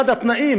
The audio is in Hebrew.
אחד התנאים,